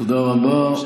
תודה רבה.